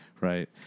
Right